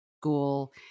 school